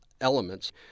elements